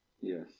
Yes